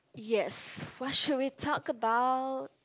yes what should we talk about